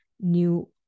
new